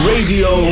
Radio